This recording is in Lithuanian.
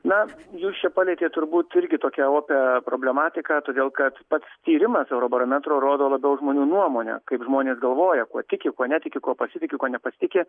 na jūs čia palietėt turbūt irgi tokią opią problematiką todėl kad pats tyrimas eurobarometro rodo labiau žmonių nuomonę kaip žmonės galvoja kuo tiki kuo netiki kuo pasitiki kuo nepasitiki